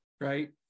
right